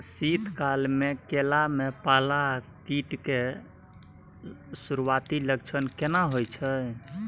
शीत काल में केला में पाला आ कीट के सुरूआती लक्षण केना हौय छै?